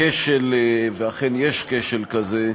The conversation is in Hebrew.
הכשל, ואכן, יש כשל כזה,